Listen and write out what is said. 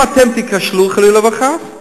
אם אתם תיכשלו, חלילה וחס,